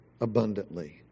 abundantly